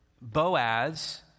Boaz